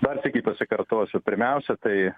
dar sykį pasikartosiu pirmiausia tai